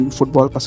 Football